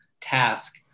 task